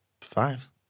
five